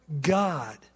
God